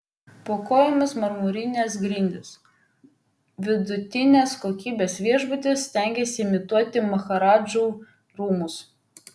po kojomis marmurinės grindys vidutinės kokybės viešbutis stengiasi imituoti maharadžų rūmus